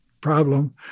problem